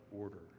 order